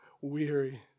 weary